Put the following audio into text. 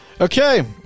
Okay